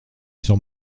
sur